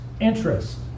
interest